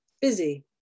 busy